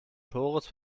torus